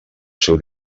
seu